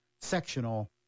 sectional